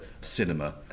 cinema